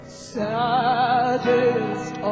saddest